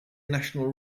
national